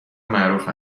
معروف